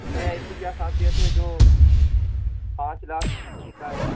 اس میں ایسی کیا خاصیت ہے جو پانچ لاکھ کا ہے